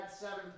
seven